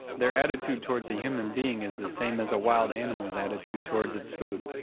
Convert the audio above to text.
their attitude towards a human being is the same as a wild animal's attitude towards its food.